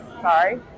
Sorry